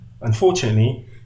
unfortunately